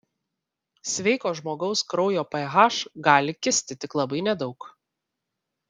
sveiko žmogaus kraujo ph gali kisti tik labai nedaug